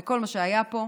ועם כל מה שהיה פה.